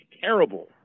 terrible